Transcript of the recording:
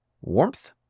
warmth